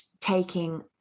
taking